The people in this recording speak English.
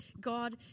God